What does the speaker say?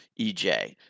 EJ